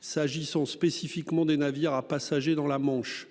S'agissant spécifiquement des navires à passagers dans la Manche.